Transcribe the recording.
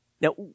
Now